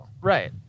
Right